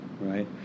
right